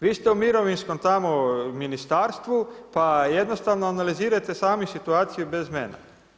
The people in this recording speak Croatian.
Vi ste u mirovinskom tamo u Ministarstvu, pa jednostavno analizirajte sami situaciju bez mene.